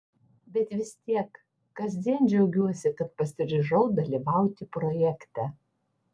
bet vis tiek kasdien džiaugiuosi kad pasiryžau dalyvauti projekte